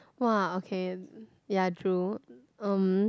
!wah! okay ya true um